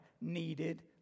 needed